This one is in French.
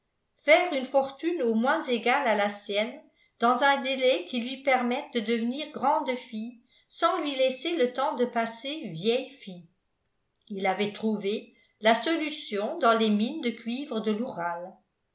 faire une fortune au moins égale à la sienne dans un délai qui lui permette de devenir grande fille sans lui laisser le temps de passer vieille fille il avait trouvé la solution dans les mines de cuivre de l'oural